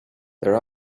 there